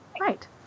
Right